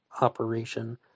operation